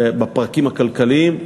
בפרקים הכלכליים,